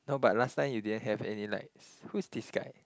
no but last time you didn't have any likes who's this guy